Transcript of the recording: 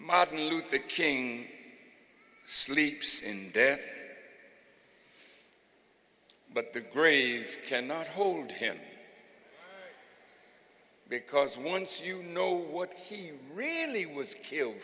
martin luther king sleeps in there but the grey cannot hold him because once you know what he really was killed